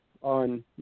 On